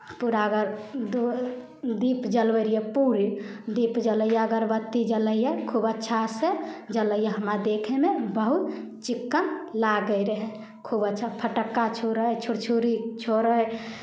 पूरा अगर दी दीप जलबै रहियै पूरे दीप जलैयै अगरबत्ती जलैयै खूब अच्छासँ जलैयै हमरा देखैमे बहुत चिक्कन लागै रहए खूब अच्छा फटक्का छोड़ै छुर छुरी छोड़ै